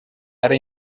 era